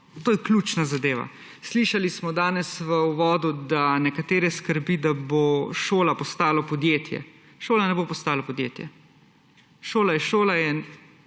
to je ključna zadeva. Slišali smo danes v uvodu, da nekatere skrbi, da bo šola postala podjetje. Šola ne bo postala podjetje, šola je